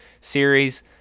series